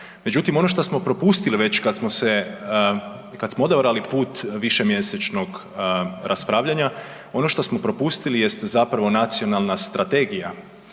Međutim, ono što smo propustili već kada smo odabrali put višemjesečnog raspravljanja, ono što smo propustili jest nacionalna strategija